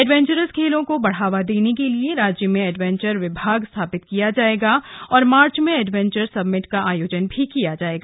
adventure खेलों को बढावा देने के लिए राज्य में एडवेंचर विभाग स्थापित किया जाएगा और मार्च में एडवेंचर समिट का आयोजन भी किया जाएगा